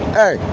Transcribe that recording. hey